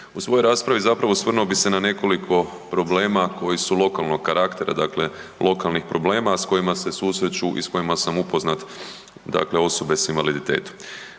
U svojoj raspravu, zapravo, osvrnuo bih na nekoliko problema koji su lokalnog karaktera, dakle lokalnih problema, a s kojima se susreću i s kojima sam upoznat dakle, osobe s invaliditetom.